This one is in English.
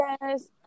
Yes